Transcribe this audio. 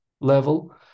level